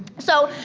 so,